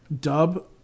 dub